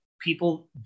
People